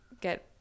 get